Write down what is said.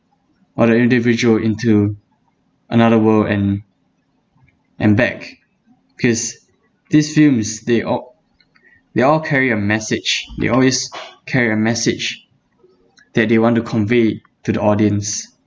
or the individual into another world and and back because this film is they oc~ they all carry a message they always carry a message that they want to convey to the audience